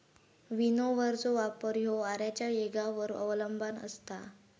विनोव्हरचो वापर ह्यो वाऱ्याच्या येगावर अवलंबान असता